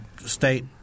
state